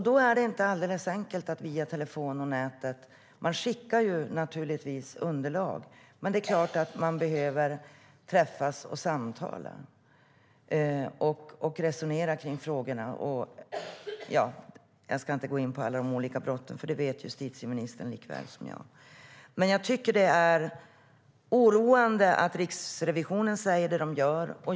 Då är det inte alldeles enkelt att kommunicera endast via telefon och nätet. Man skickar naturligtvis underlag, men det är klart att man behöver träffas och samtala och resonera kring frågorna. Jag ska inte gå in på alla de olika brotten, för detta vet justitieministern likaväl som jag. Men jag tycker att det är oroande att Riksrevisionen säger det de gör.